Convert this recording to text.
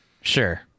sure